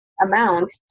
amount